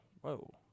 whoa